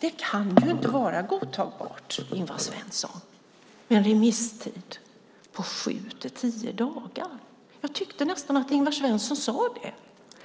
Det kan inte vara godtagbart, Ingvar Svensson, med en remisstid på sju till tio dagar. Jag tyckte nästan att Ingvar Svensson sade det.